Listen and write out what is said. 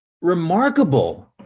remarkable